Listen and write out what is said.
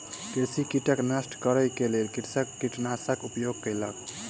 कृषि कीटक नष्ट करै के लेल कृषक कीटनाशकक उपयोग कयलक